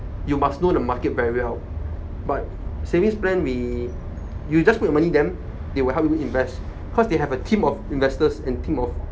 you must know the market very well but savings plan we you just put your money then they will help you invest because they have a team of investors and a team of